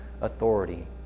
authority